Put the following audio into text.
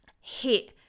hit